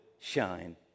shine